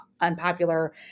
unpopular